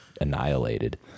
annihilated